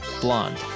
blonde